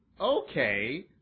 okay